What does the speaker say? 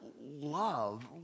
love